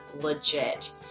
legit